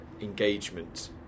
engagement